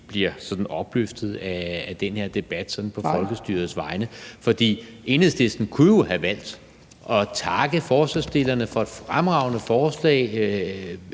bliver sådan opløftede af den her debat sådan på folkestyrets vegne. For Enhedslisten kunne jo have valgt at takke forslagsstillerne for et fremragende forslag